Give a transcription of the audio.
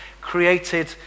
created